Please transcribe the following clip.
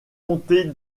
montée